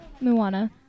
Moana